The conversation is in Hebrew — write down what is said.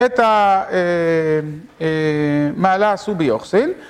את המעלה הסוביוכסין